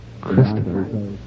Christopher